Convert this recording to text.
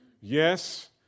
Yes